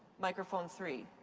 microphone three.